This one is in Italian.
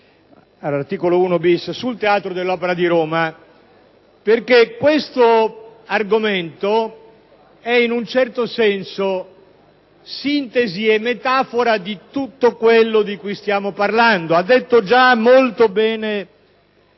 e relativo al Teatro dell'Opera di Roma, perché questo argomento è, in un certo senso, sintesi e metafora di tutto quello di cui stiamo parlando. Ha detto già molto bene